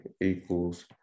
equals